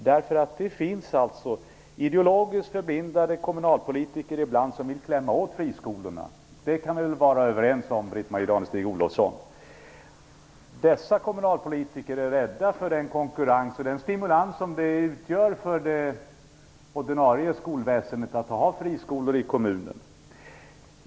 Det finns nämligen ideologiskt förblindade kommunalpolitiker som ibland vill klämma åt friskolorna. Det kan vi väl vara överens om, Britt-Marie Danestig Olofsson. Dessa kommunalpolitiker är rädda för den konkurrens och stimulans som det innebär för det ordinarie skolväsendet att ha friskolor i kommunen.